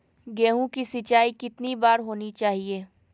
गेहु की सिंचाई कितनी बार होनी चाहिए?